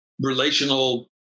relational